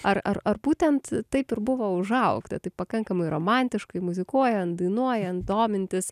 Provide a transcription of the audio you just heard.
ar ar ar būtent taip ir buvo užaugta taip pakankamai romantiškai muzikuojant dainuojant domintis